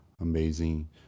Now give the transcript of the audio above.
amazing